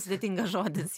sudėtingas žodis